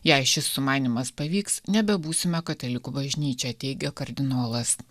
jei šis sumanymas pavyks nebebūsime katalikų bažnyčia teigia kardinolas